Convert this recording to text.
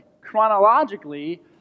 chronologically